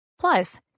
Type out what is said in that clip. Plus